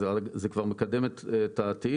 אז זה כבר מקדם את העתיד.